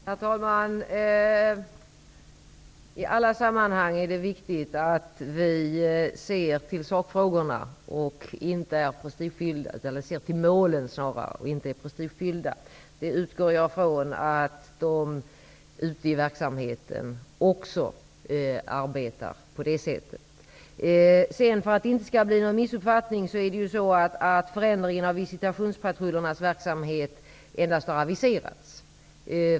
Herr talman! I alla sammanhang är det viktigt att vi ser till målen och inte är prestigefyllda. Jag utgår ifrån att de ute i verksamheten också arbetar på det sättet. För att det inte skall bli någon missuppfattning vill jag påpeka att förändringen av visitationspatrullernas verksamhet endast har aviserats.